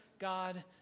God